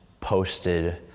posted